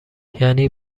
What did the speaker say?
یعنی